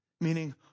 Meaning